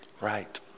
Right